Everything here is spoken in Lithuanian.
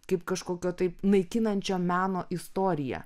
kaip kažkokio taip naikinančio meno istoriją